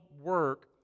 work